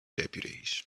deputies